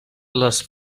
les